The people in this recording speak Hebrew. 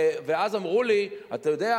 ואז הם אמרו לי: אתה יודע,